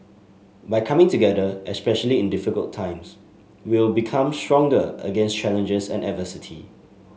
by coming together especially in difficult times we will become stronger against challenges and adversity